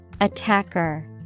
Attacker